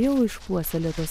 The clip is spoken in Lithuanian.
jau išpuoselėtos